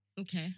Okay